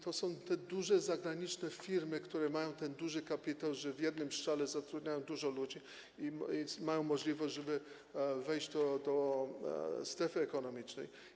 To są te duże zagraniczne firmy, które mają duży kapitał, w jednym strzale zatrudniają dużo ludzi i mają możliwość, żeby wejść do strefy ekonomicznej.